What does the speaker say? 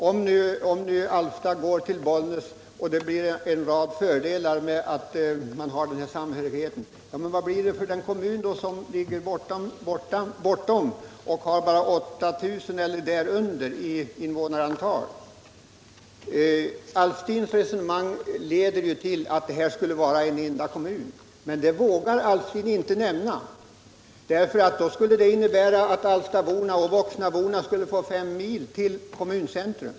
Om nu Alfta överförs till Bollnäs och det blir en rad fördelar att man har denna samhörighet, hur blir det då för den kommun som ligger längre bort och har mindre än 8000 invånare? Herr Alftins resonemang leder ju till att allt detta skulle vara en enda kommun. Men det vågar herr Alftin inte nämna, för det skulle innebära att alftaborna och voxnaborna skulle få fem mil till kommuncentrum.